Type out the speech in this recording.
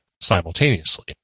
simultaneously